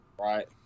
right